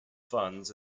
funds